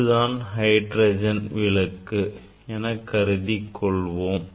இதுதான் ஹைட்ரஜன் விளக்கு எனக் கருதிக் கொள்கிறேன்